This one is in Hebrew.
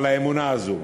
על האמונה הזאת.